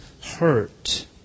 hurt